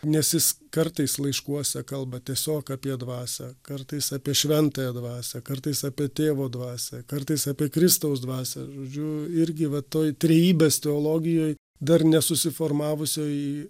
nes jis kartais laiškuose kalba tiesiog apie dvasią kartais apie šventąją dvasią kartais apie tėvo dvasią kartais apie kristaus dvasią žodžiu irgi va toj trejybės teologijoj dar nesusiformavusioj